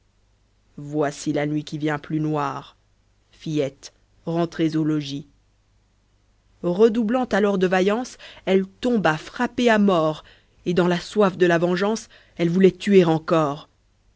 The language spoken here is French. voici la nuit redoublant alors de vaillance elle tomba frappée à mort et dans la soif de la vengeance elle voulait tuer encore